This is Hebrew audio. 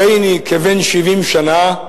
הריני כבן 70 שנה,